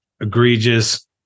egregious